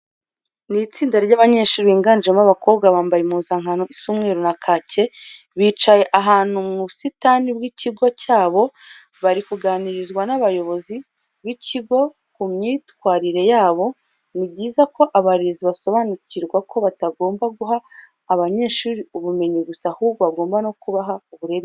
Ni itsinda ry'abanyeshuri biganjemo abakobwa, bambaye impuzankano isa umweru na kake. Bicaye ahantu mu busitani bw'ikigo cyabo, bari kuganirizwa n'abayozi b'ikigo ku myitwarire yabo. Ni byiza ko abarezi basobanukirwa ko batagomba guha abanyeshuri ubumenye gusa ahubwo bagomba no kubaha uburere.